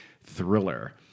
thriller